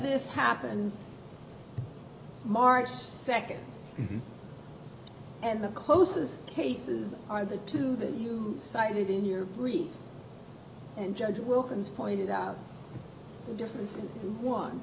this happens march second and the closest cases are the two that you cited in your brief and judge wilkins pointed out the difference in one